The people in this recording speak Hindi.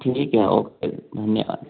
ठीक है ओके धन्यवाद